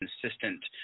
consistent